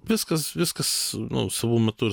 viskas viskas nu savo metu ir